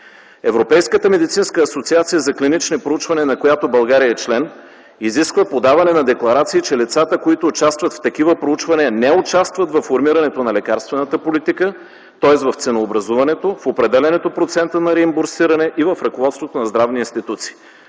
Европейската медицинска асоциация за клинични проучвания, на която България е член, изисква подаването на декларации, че лицата, които участват в такива проучвания, не участват във формирането на лекарствената политика, тоест в ценообразуването, в определянето на процента на реимбурсиране и в ръководството на здравни институции.